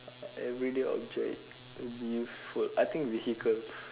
everyday object would be useful I think vehicles